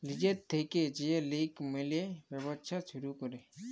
লিজের থ্যাইকে যে লক মিলে ব্যবছা ছুরু ক্যরে